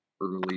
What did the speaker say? early